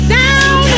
down